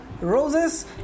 Roses